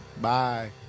Bye